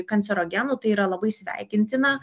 kancerogenų tai yra labai sveikintina